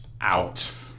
out